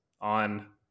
on